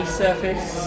surface